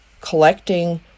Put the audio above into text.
collecting